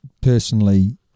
personally